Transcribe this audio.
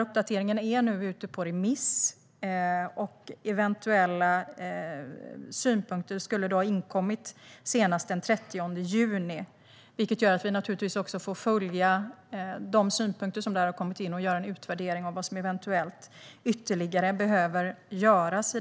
Uppdateringen är nu ute på remiss, och eventuella synpunkter ska ha inkommit senast den 30 juni. Vi får naturligtvis följa de synpunkter som där har kommit in och göra en utvärdering av vad som eventuellt ytterligare behöver göras.